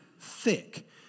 thick